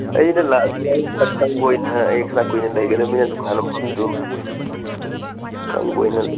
ꯑꯩꯅ ꯂꯥꯛꯑꯁꯨ ꯌꯥꯏ ꯑꯩꯅ ꯈꯔ ꯈꯪꯕ ꯑꯣꯏꯅ ꯑꯩꯅ ꯈꯔ ꯀꯨꯏꯅ ꯂꯩꯒꯃꯤꯅ ꯗꯨꯀꯥꯟ ꯃꯐꯝꯗꯨ ꯈꯪꯕ ꯑꯣꯏꯅ